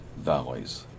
valleys